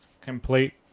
complete